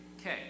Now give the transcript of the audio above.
Okay